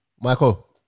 Michael